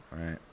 right